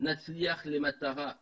נצליח להגיע למטרה X,